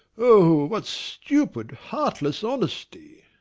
oh, what stupid, heartless honesty!